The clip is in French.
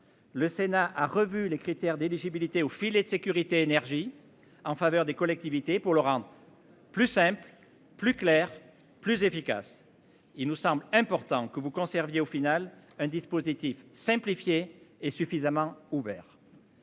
le Sénat a revu les critères d'éligibilité au filet de sécurité énergie en faveur des collectivités pour le rendre. Plus simple, plus clair, plus efficace. Il nous semble important que vous conserviez au final un dispositif simplifié est suffisamment ouvert.--